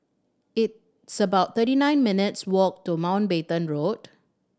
it's about thirty nine minutes' walk to Mountbatten Road